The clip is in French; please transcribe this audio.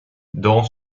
dans